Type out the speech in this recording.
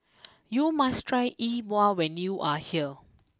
you must try E Bua when you are here